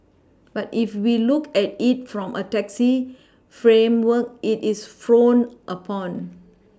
but if we look at it from a taxi framework it is frowned upon